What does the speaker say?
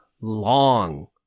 long